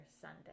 sunday